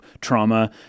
trauma